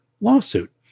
lawsuit